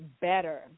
better